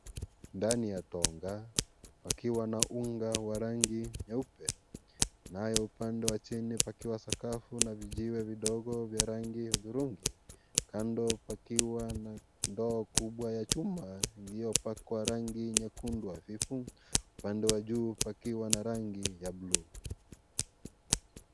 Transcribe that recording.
Ndani ya tongaa pakiwa na unga wa rangi nyeupe nayo upande wa chini pakiwa sakafu na vijiwe vidogo vya rangi hudhurungi, kando pakiwa na ndoo kubwa ya chuma iliyopakwa rangi nyekuendu hafifu, upande wa juu pakiwa na rangi ya buluu.